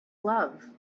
love